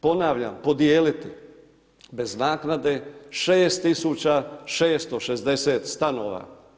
Ponavljam, podijeliti, bez naknade 6660 stanova.